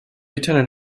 attended